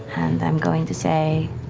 and i'm going to say